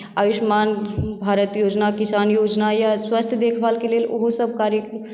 आयुष्मान भारत योजना किसान योजना या स्वास्थ देखभालके लेल ओहोसभ कार्य